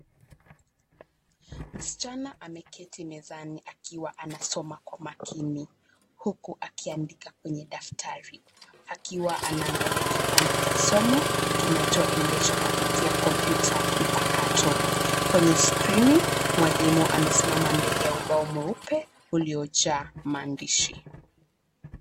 Msichana ameketi mezani akiwa anasoma kwa makini, huku akiandika kwenye daftari akiwa anaangalia kipande cha somo kinachoendeshwa kupitia kompyuta mpakato. Kwenye skrini, mwalimu amesimama mbele ya ubao mweupe uliojaa maandishi.